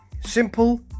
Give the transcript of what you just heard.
simple